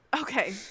Okay